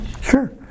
Sure